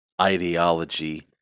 ideology